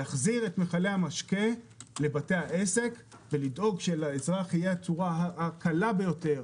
להחזיר את מכלי המשקה לבתי העסק ולדאוג שלאזרח תהיה הצורה הקלה ביותר,